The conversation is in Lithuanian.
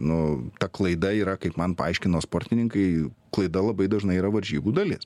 nu ta klaida yra kaip man paaiškino sportininkai klaida labai dažnai yra varžybų dalis